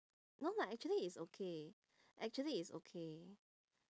no lah actually it's okay actually it's okay